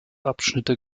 abschnitte